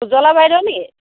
উজ্বলা বাইদেউ নি